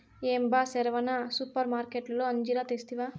ఏం బా సెరవన సూపర్మార్కట్లో అంజీరా తెస్తివా